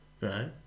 Right